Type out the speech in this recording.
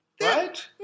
Right